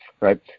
right